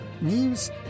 news